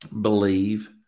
believe